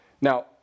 now